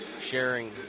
sharing